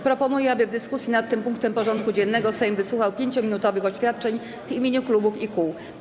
Proponuję, aby w dyskusji nad tym punktem porządku dziennego Sejm wysłuchał 5-minutowych oświadczeń w imieniu klubów i kół.